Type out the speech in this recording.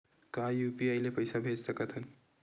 का यू.पी.आई ले पईसा भेज सकत हन?